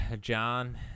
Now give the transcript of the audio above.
John